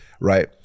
right